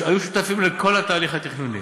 והיו שותפים לכל התהליך התכנוני.